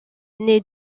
née